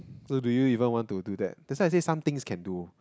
so do you even want to do that that's why I say some things can do